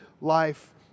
life